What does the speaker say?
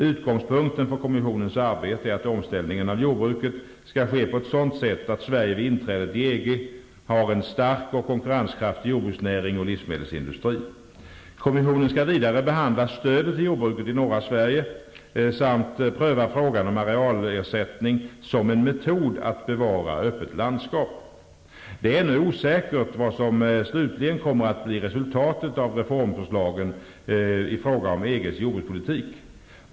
Utgångspunkten för kommissionens arbete är att omställningen av jordbruket skall ske på ett sådant sätt att Sverige vid inträdet i EG har en stark och konkurrenskraftig jordbruksnäring och livsmedelsindustri. Kommissionen skall vidare behandla stödet till jordbruket i norra Sverige samt pröva frågan om arealersättning som en metod att bevara öppna landskap. Det är ännu osäkert vad som slutligen kommer att bli resultatet av reformförslagen i fråga om EG:s jordbrukspolitik.